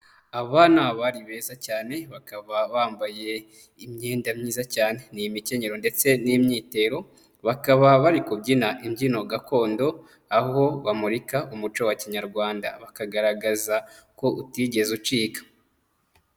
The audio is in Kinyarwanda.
Aba ni abari beza cyane bakaba bambaye imyenda myiza cyane, n'imikenyero ndetse n'imyitero bakaba bari kubyina imbyino gakondo, aho bamurika umuco wa kinyarwanda bakagaragaza ko utigeze ucika.